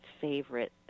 favorite